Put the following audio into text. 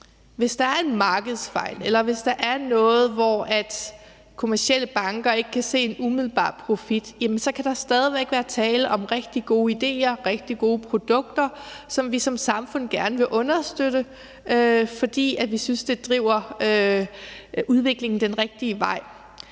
hvis der er en markedsfejl, eller hvis der er noget, hvor kommercielle banker ikke kan se en umiddelbar profit, kan der stadig væk være tale om rigtig gode idéer og rigtig gode produkter, som vi som samfund gerne vil understøtte, fordi vi synes, det driver udviklingen den rigtige vej.